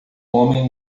homem